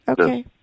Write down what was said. Okay